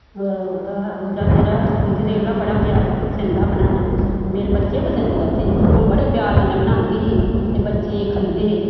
गाजरा गजरेला बड़ा पसिंद हा बनाना ते मेरे बच्चे बी पसिंद करदे हे अऊं बड़े प्यार कन्नै बनांदी ही ते बच्चे खंदे हे